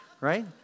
Right